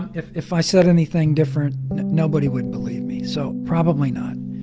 if if i said anything different, nobody would believe me. so probably not,